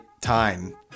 time